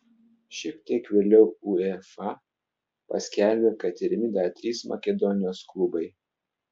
šiek tiek vėliau uefa paskelbė kad tiriami dar trys makedonijos klubai